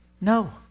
no